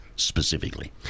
specifically